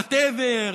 whatever,